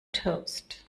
toast